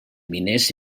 miners